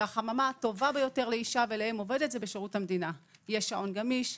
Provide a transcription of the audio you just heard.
והחממה הטובה ביותר לאישה ולאם עובדת זה בשירות המדינה: יש שעון גמיש,